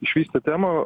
išvystė temą